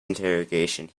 interrogation